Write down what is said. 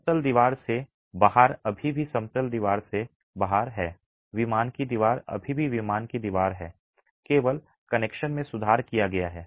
समतल दीवार से बाहर अभी भी समतल दीवार से बाहर है विमान की दीवार अभी भी विमान की दीवार है केवल कनेक्शन में सुधार किया गया है